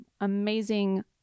amazing